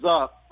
up